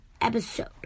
episode